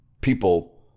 people